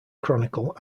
chronicle